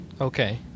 Okay